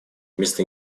вместо